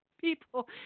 people